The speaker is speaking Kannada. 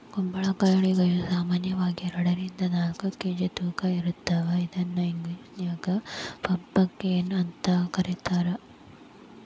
ಕುಂಬಳಕಾಯಿಗಳು ಸಾಮಾನ್ಯವಾಗಿ ಎರಡರಿಂದ ನಾಲ್ಕ್ ಕೆ.ಜಿ ತೂಕ ಇರ್ತಾವ ಇದನ್ನ ಇಂಗ್ಲೇಷನ್ಯಾಗ ಪಂಪಕೇನ್ ಅಂತ ಕರೇತಾರ